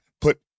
put